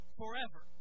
forever